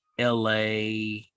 la